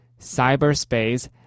cyberspace